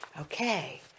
Okay